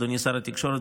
אדוני שר התקשורת,